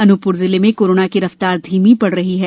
अनूपप्र जिले में कोरोना की रफ्तार धीमी पड़ रही है